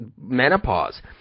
menopause